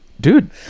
dude